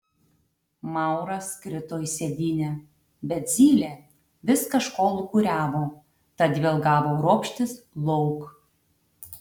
mauras krito į sėdynę bet zylė vis kažko lūkuriavo tad vėl gavo ropštis lauk